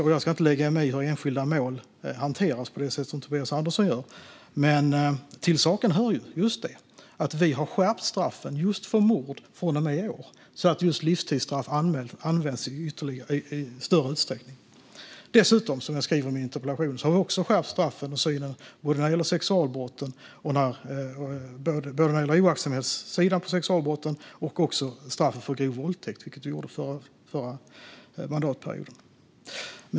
Och jag ska inte lägga mig i hur enskilda mål hanteras, på det sätt som Tobias Andersson gör. Men till saken hör att vi har skärpt straffen just för mord från och med i år, så att just livstidsstraff används i större utsträckning. Dessutom, som jag säger i mitt interpellationssvar, har vi skärpt straffen för och synen på sexualbrott. Det gäller både oaktsamhetssidan i fråga om sexualbrotten och straffet för grov våldtäkt. Detta gjorde vi förra mandatperioden.